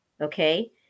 Okay